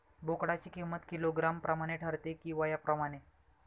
बोकडाची किंमत किलोग्रॅम प्रमाणे ठरते कि वयाप्रमाणे?